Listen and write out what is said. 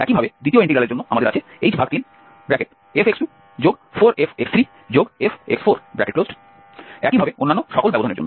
একইভাবে দ্বিতীয় ইন্টিগ্রালের জন্য আমাদের আছে h3fx24fx3fx4 একইভাবে অন্যান্য সকল ব্যবধানের জন্য